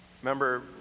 Remember